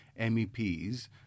MEPs